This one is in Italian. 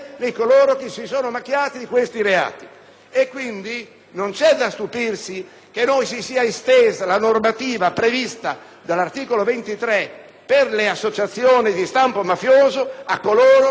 Quindi, non c'è da stupirsi che si sia estesa la normativa prevista dall'articolo 23 per le associazioni di stampo mafioso a coloro che si sono macchiati dei reati di violenza sessuale.